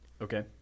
Okay